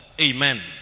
Amen